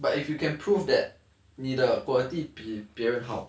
but if you can prove that 你的 quality 比别人好